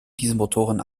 dieselmotoren